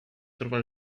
trova